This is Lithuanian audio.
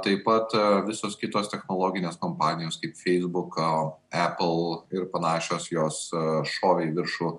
taip pat visos kitos technologinės kompanijos kaip feisbuk epil ir panašios jos šovė į viršų